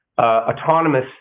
autonomous